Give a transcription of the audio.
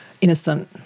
innocent